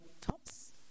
tops